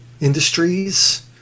industries